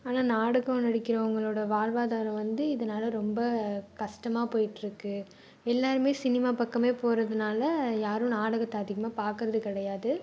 ஆனால் நாடகம் நடிக்கிறவங்களோட வாழ்வாதாரம் வந்து இதனால் ரொம்ப கஷ்டமா போயிட்டிருக்கு எல்லாருமே சினிமா பக்கமே போகிறதுனால யாரும் நாடகத்தை அதிகமாக பார்க்குறது கிடையாது